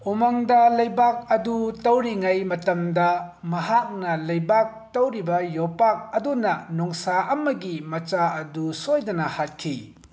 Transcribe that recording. ꯎꯃꯪꯗ ꯂꯩꯕꯥꯛ ꯑꯗꯨ ꯇꯧꯔꯤꯉꯩ ꯃꯇꯝꯗ ꯃꯍꯥꯛꯅ ꯂꯩꯕꯥꯛ ꯇꯧꯔꯤꯕ ꯌꯣꯠꯄꯥꯛ ꯑꯗꯨꯅ ꯅꯣꯡꯁꯥ ꯑꯃꯒꯤ ꯃꯆꯥꯗꯨ ꯁꯣꯏꯗꯅ ꯍꯥꯠꯈꯤ